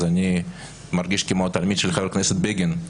אני מרגיש כמו התלמיד של חבר הכנסת בגין.